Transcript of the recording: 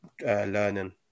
learning